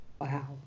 Wow